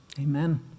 Amen